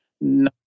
No